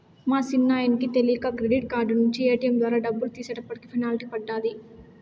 మా సిన్నాయనకి తెలీక క్రెడిట్ కార్డు నించి ఏటియం ద్వారా డబ్బులు తీసేటప్పటికి పెనల్టీ పడ్డాది